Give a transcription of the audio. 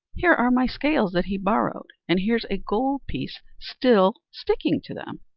here are my scales that he borrowed, and here's a gold piece still sticking to them.